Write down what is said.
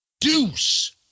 Deuce